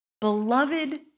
beloved